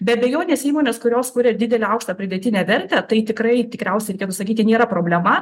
be abejonės įmonės kurios kuria didelį aukštą pridėtinę vertę tai tikrai tikriausiai sakyti nėra problema